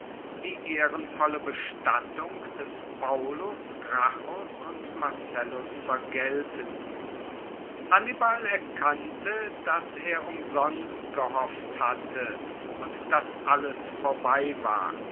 die ehrenvolle bestattung des paullus gracchus und marcellus vergeltend hannibal erkannte dass er umsonst gehofft hatte und dass alles vorbei war